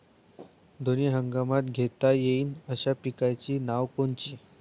दोनी हंगामात घेता येईन अशा पिकाइची नावं कोनची?